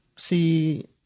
see